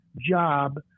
job